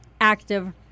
active